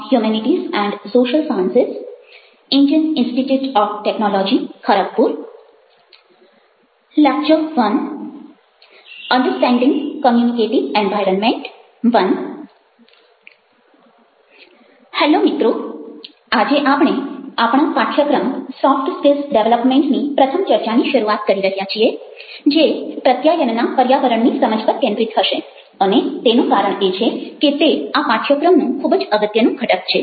hello મિત્રો આજે આપણે આપણા પાઠ્યક્રમ સોફ્ટ સ્કિલ્સ ડેવલપમેન્ટની પ્રથમ ચર્ચાની શરૂઆત કરી રહ્યા છીએ જે પ્રત્યાયનના પર્યાવરણની સમજ પર કેન્દ્રિત હશે અને તેનું કારણ એ છે કે તે આ પાઠ્યક્રમનું ખૂબ જ અગત્યનું ઘટક છે